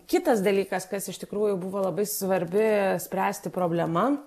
kitas dalykas kas iš tikrųjų buvo labai svarbi spręsti problema